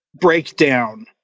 Breakdown